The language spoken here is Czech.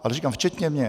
A říkám, včetně mě.